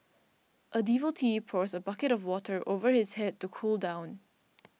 a devotee pours a bucket of water over his head to cool down